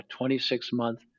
26-month